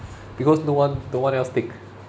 because no one no one else take